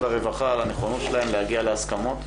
הרווחה על הנכונות שלהם להגיע להסכמות.